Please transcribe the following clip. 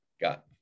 got